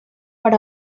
per